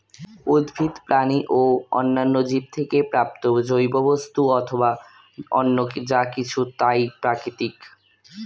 উদ্ভিদ, প্রাণী ও অন্যান্য জীব থেকে প্রাপ্ত জৈব বস্তু অথবা অন্য যা কিছু তাই প্রাকৃতিক